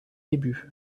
débuts